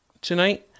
tonight